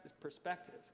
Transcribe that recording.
perspective